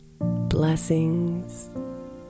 Blessings